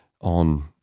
on